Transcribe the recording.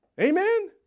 Amen